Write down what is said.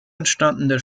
entstandene